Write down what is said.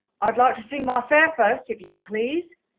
i'd like to see my fare, first, if you please,